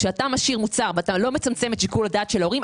כשאתה משאיר מוצר ולא מצמצם את שיקול הדעת של ההורים,